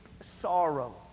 sorrow